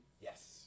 Yes